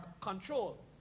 control